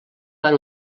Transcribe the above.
van